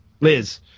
Liz